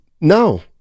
no